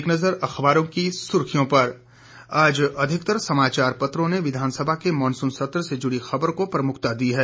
एक नजर अखबारों की सुर्खियों पर आज अधिकतर समाचार पत्रों ने विधानसभा के मॉनसून सत्र से जुड़ी खबर को प्रमुखता दी है